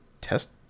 test